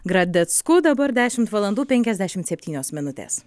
gradecku dabar dešimt valandų penkiasdešimt septynios minutės